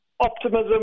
optimism